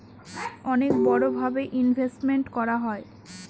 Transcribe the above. অনেক বড়ো ভাবে ইনভেস্টমেন্ট করা হয়